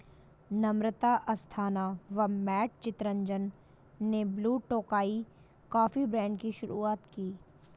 नम्रता अस्थाना व मैट चितरंजन ने Blue Tokai coffee brand की शुरुआत की